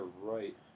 right